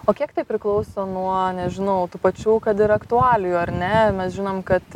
o kiek tai priklauso nuo nežinau tų pačių kad ir aktualijų ar ne mes žinom kad